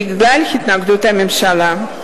בגלל התנגדות הממשלה.